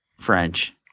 French